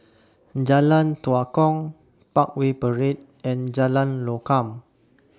Jalan Tua Kong Parkway Parade and Jalan Lokam